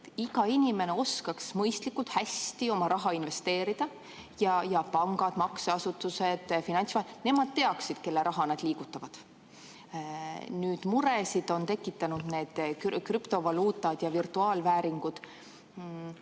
iga inimene oskaks mõistlikult, hästi oma raha investeerida ja pangad, makseasutused, finantsvahendajad teaksid, kelle raha nad liigutavad. Muresid on tekitanud need krüptovaluutad ja virtuaalvääringud.